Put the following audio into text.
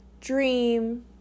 dream